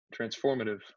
transformative